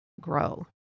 grow